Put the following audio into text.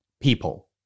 people